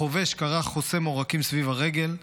החובש כרך חוסם עורקים סביב הרגל,